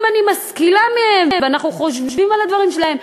משכילה מהם ואנחנו חושבים על הדברים שלהם,